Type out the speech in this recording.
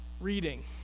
reading